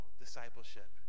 discipleship